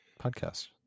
podcast